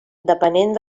depenent